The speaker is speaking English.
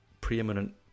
preeminent